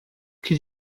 que